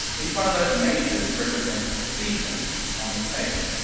each one of those majors represents a season on this page.